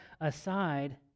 aside